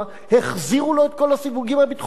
החזירו לו את כל הסיווגים הביטחוניים,